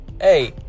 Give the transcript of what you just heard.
hey